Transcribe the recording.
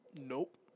Nope